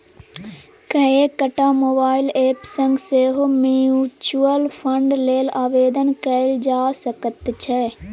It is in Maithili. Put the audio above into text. कएकटा मोबाइल एप सँ सेहो म्यूचुअल फंड लेल आवेदन कएल जा सकैत छै